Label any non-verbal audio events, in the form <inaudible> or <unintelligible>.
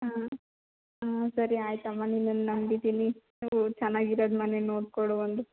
ಹಾಂ ಹಾಂ ಸರಿ ಆಯ್ತು ಅಮ್ಮ ನಿನ್ನನ್ನು ನಂಬಿದ್ದೀನಿ <unintelligible> ಚನ್ನಾಗಿರೋದ್ ಮನೆ ನೋಡಿಕೊಡು ಒಂದು